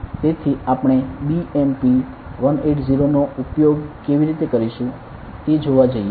તેથી આપણે BMP180 નો ઉપયોગ કેવી રીતે કરીશું તે જોવા જઈએ